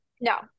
No